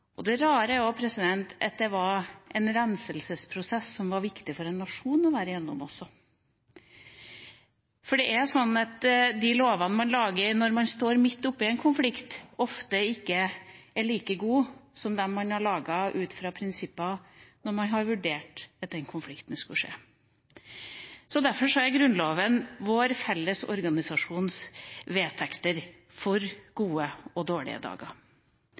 ettertid. Det rare er at det også var en renselsesprosess som var viktig for en nasjon å gå gjennom, for det er sånn at de lovene man lager når man står midt oppe i en konflikt, ofte ikke er like gode som dem man lager ut fra prinsipper, og som når man vurderer det som mulig at en konflikt kan skje. Derfor er Grunnloven vår felles organisasjons vedtekter for gode og dårlige dager.